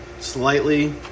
slightly